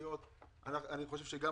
אסור שתהיה פגיעה בתקציב הרשויות המקומיות.